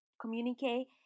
communicate